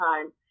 time